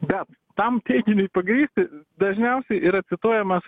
bet tam teiginiui pagrįsti dažniausiai yra cituojamas